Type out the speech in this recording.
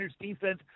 defense